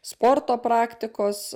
sporto praktikos